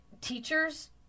teachers